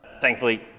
Thankfully